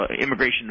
immigration